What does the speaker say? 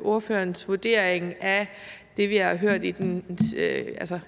ordførerens vurdering af det, vi har hørt i den sidste